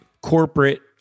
corporate